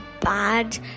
bad